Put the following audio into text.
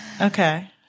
Okay